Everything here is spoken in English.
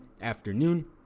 afternoon